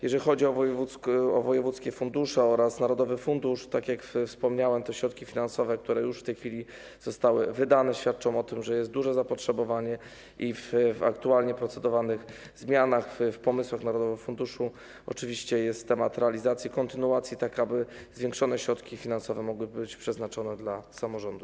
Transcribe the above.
Jeżeli chodzi o wojewódzkie fundusze oraz narodowy fundusz, tak jak wspomniałem, te środki finansowe, które już w tej chwili zostały wydane, świadczą o tym, że jest duże zapotrzebowanie, i w aktualnie procedowanych zmianach, w pomysłach narodowego funduszu oczywiście jest temat realizacji kontynuacji, tak aby zwiększone środki finansowe mogły być przeznaczone dla samorządów.